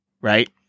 right